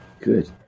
Good